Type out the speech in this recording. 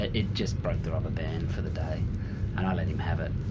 it it just broke the rubber band for the day and i let him have it.